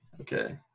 Okay